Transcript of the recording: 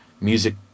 music